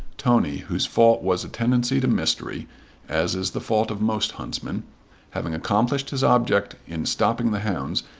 tony, whose fault was a tendency to mystery as is the fault of most huntsmen having accomplished his object in stopping the hounds,